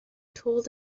told